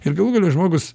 ir galų gale žmogus